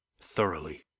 thoroughly